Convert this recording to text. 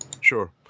Sure